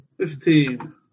Fifteen